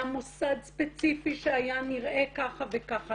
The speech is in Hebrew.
היה מוסד ספציפי שהיה נראה ככה וככה.